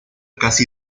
casi